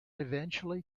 eventually